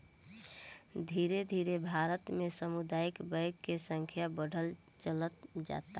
धीरे धीरे भारत में सामुदायिक बैंक के संख्या बढ़त चलल जाता